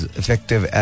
effective